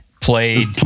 played